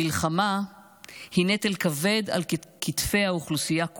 המלחמה היא נטל כבד על כתפי האוכלוסייה כולה,